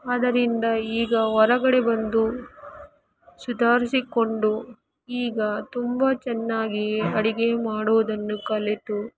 ಅದರಿಂದ ಈಗ ಹೊರಗಡೆ ಬಂದು ಸುಧಾರಿಸಿಕೊಂಡು ಈಗ ತುಂಬ ಚೆನ್ನಾಗಿ ಅಡಿಗೆ ಮಾಡುವುದನ್ನು ಕಲಿತು